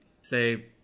say